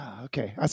Okay